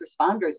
responders